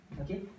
Okay